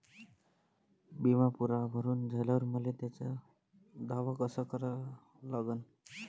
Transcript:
बिमा पुरा भरून झाल्यावर मले त्याचा दावा कसा करा लागन?